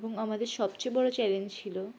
এবং আমাদের সবচেয়ে বড় চ্যালেঞ্জ ছিল